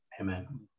Amen